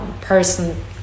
person